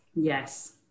Yes